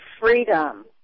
freedom